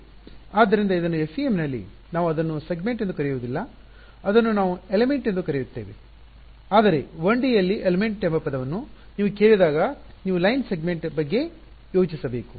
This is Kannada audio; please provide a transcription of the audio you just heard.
ಆದ್ದರಿಂದ ಇದನ್ನು FEM ನಲ್ಲಿ ನಾವು ಅದನ್ನು ಸೆಗ್ಮೆಂಟ್ ಎಂದು ಕರೆಯುವುದಿಲ್ಲ ಅದನ್ನು ನಾವು ಎಲಿಮೆಂಟ್ ಎಂದು ಕರೆಯುತ್ತೇವೆ ಆದರೆ 1ಡಿ ಯಲ್ಲಿ ಎಲಿಮೆಂಟ್ ಎಂಬ ಪದವನ್ನು ನೀವು ಕೇಳಿದಾಗ ನೀವು ಲೈನ್ ಸೆಗ್ಮೆಂಟ್ ಬಗ್ಗೆ ಯೋಚಿಸಬೇಕು